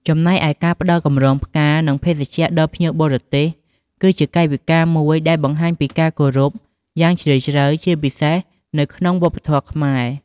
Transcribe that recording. ចំណែកឯការផ្ដល់កម្រងផ្កា និងភេសជ្ជៈដល់ភ្ញៀវបរទេស គឺជាកាយវិការមួយដែលបង្ហាញពីការគោរពយ៉ាងជ្រាលជ្រៅ ជាពិសេសនៅក្នុងវប្បធម៌ខ្មែរ។